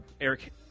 Eric